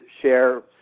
share